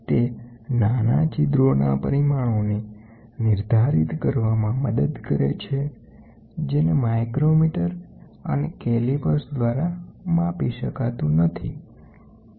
તે નાના છિદ્રોના પરિમાણોને નિર્ધારિત કરવામાં મદદ કરે છે જેને માઇક્રોમીટર અને કેલિપર્સ દ્વારા માપી શકાતું નથી 4